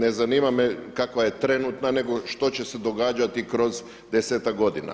Ne zanima me kakva je trenutna nego što će se događati kroz desetak godina.